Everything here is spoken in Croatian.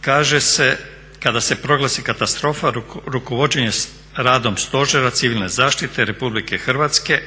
kaže se: "kada se proglasi katastrofa rukovođenje radom stožera civilne zaštite RH može preuzeti